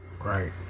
right